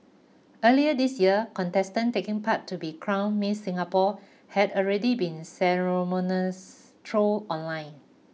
earlier this year contestant taking part to be crown Miss Singapore had already been ceremoniously trolled online